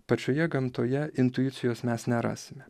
pačioje gamtoje intuicijos mes nerasime